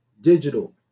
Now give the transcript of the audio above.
digital